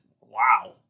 Wow